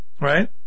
right